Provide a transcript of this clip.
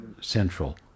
central